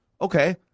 Okay